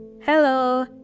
Hello